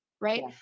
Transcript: right